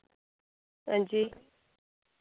हांजी